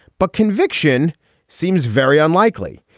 but conviction seems very unlikely.